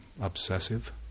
obsessive